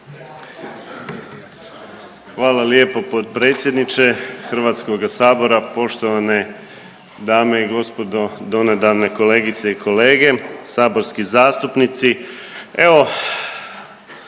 Hvala lijepo potpredsjedniče HS, poštovane dame i gospodo, donedavne kolegice i kolege, saborski zastupnici.